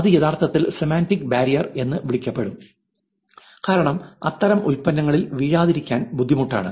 ഇത് യഥാർത്ഥത്തിൽ semantic barrier എന്ന് വിളിക്കപ്പെടും കാരണം അത്തരം ഉൽപ്പന്നങ്ങളിൽ വീഴാതിരിക്കാൻ ബുദ്ധിമുട്ടാണ്